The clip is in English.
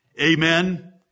Amen